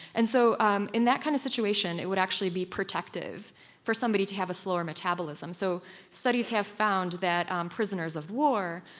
and so um in that kind of situation, it would actually be protective for somebody to have a smaller metabolism. so studies have found that um prisoners of war,